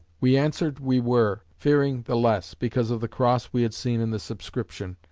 we answered, we were fearing the less, because of the cross we had seen in the subscription.